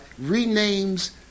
renames